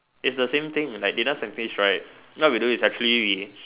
is the same thing like data scientist right what we do is actually we